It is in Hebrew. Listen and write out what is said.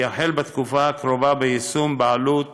ויחל בתקופה הקרובה ביישום, בעלות